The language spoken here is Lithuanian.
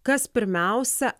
kas pirmiausia